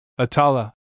Atala